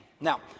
Now